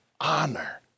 honor